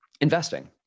investing